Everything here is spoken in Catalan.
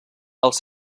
els